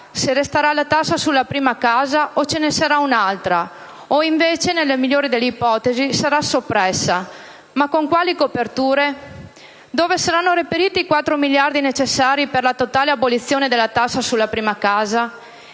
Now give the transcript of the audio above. se resterà la tassa sulla prima casa o se ce ne sarà un'altra, o se invece, nella migliore delle ipotesi, sarà soppressa. Ma con quali coperture? Dove saranno reperiti i 4 miliardi necessari per la totale abolizione della tassa sulla prima casa?